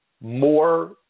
more